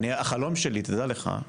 החלום שלי, תדע לך,